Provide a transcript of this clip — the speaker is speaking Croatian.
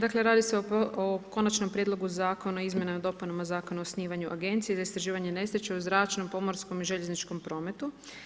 Dakle radi se o Konačnom prijedlogu Zakona o izmjenama i dopunama Zakona o osnivanju agencije za istraživanje nesreće u zračnom, pomorskom i željezničkom prometu.